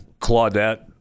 Claudette